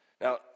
Now